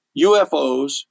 UFOs